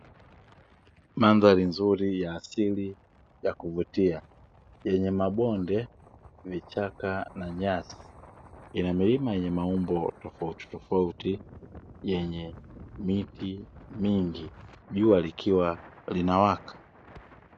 Madhari nzuri ya asili ya kuvutia yenye mabonde vichaka na nyasi, yenye milima yenye maumbo tofauti tofauti yenye miti mingi jua likiwa linawaka.